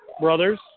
brothers